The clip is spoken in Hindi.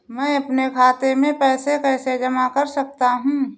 मैं अपने खाते में पैसे कैसे जमा कर सकता हूँ?